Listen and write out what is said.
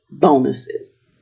bonuses